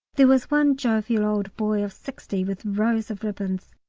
there was one jovial old boy of sixty with rows of ribbons.